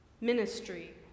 Ministry